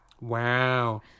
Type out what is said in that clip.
wow